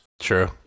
true